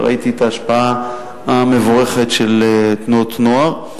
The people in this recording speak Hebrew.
וראיתי את ההשפעה המבורכת של תנועות נוער.